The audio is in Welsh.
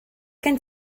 gen